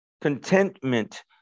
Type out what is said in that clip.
contentment